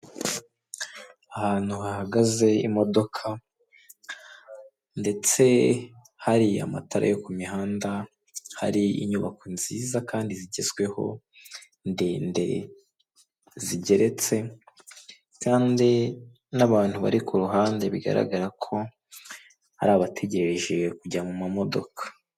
Ahantu hahagaze imodoka ndetse hari amatara yo ku mihanda, hari inyubako nziza kandi zigezweho ndende zigeretse, kandi n'abantu bari ku ruhande bigaragara ko ari abategereje kujya mu mamodoka.